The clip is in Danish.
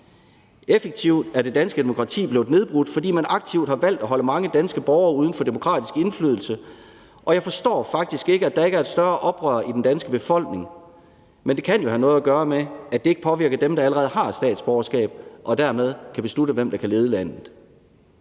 Effektivt er det danske demokrati blevet nedbrudt, fordi man aktivt har valgt at holde mange danske borgere uden for demokratisk indflydelse, og jeg forstår faktisk ikke, at der ikke er et større oprør i den danske befolkning. Men det kan jo have noget at gøre med, at det ikke påvirker dem, der allerede har statsborgerskab og dermed kan beslutte, hvem der kan lede landet.